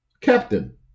Captain